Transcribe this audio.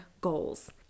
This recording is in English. goals